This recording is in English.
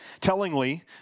Tellingly